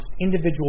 individual